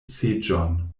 seĝon